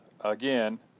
again